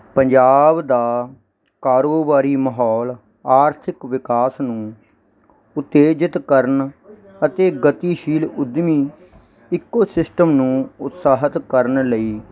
ਪੰਜਾਬ ਦਾ ਕਾਰੋਬਾਰੀ ਮਾਹੌਲ ਆਰਥਿਕ ਵਿਕਾਸ ਨੂੰ ਉਤੇਜਿਤ ਕਰਨ ਅਤੇ ਗਤੀਸ਼ੀਲ ਉੱਦਮੀ ਇੱਕੋ ਸਿਸਟਮ ਨੂੰ ਉਤਸਾਹਿਤ ਕਰਨ ਲਈ